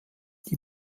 die